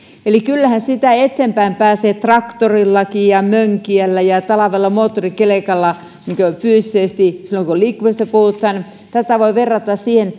kyllähän sitä eteenpäin pääsee traktorillakin mönkijällä ja ja talvella moottorikelkalla silloin kun fyysisesti liikkumisesta puhutaan tätä voi verrata siihen